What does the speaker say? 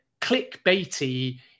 clickbaity